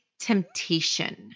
Temptation